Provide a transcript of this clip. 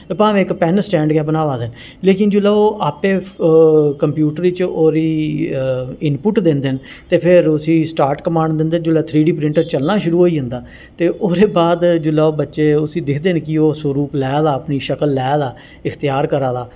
ते भावें इक पैन स्टैंड गै बनावा दे न लेकिन जिसलै ओह् अप्पें कंप्यूटर च ओह्दी इनपुट दिंदे न ते फिर उसी स्टार्ट कमांड दिंदे न जिसलै थ्री डी प्रिंटर चलना शुरू होई जंदा ते ओह्दे बाद जेल्लै बच्चे उसी दिखदे न कि ओह् सरूप लै दा अपनी शक्ल लै दा इखत्यार करा दा